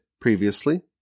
previously